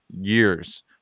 years